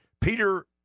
Peter